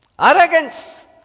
Arrogance